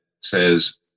says